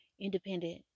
independent